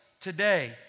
today